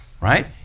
right